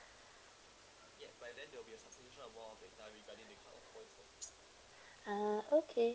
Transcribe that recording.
ah okay